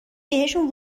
بهشون